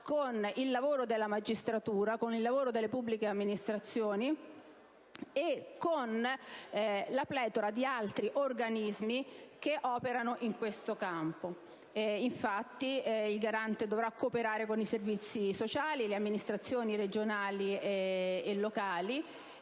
con il lavoro della magistratura, delle pubbliche amministrazioni e della pletora di altri organismi che operano in questo campo. Infatti, il Garante dovrà cooperare con i servizi sociali, le amministrazioni regionali e locali